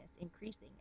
increasing